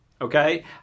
okay